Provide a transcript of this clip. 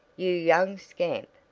you young scamp!